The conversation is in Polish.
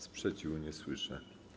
Sprzeciwu nie słyszę.